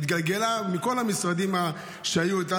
היא התגלגלה מכל המשרדים שהיו איתה